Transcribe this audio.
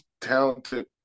talented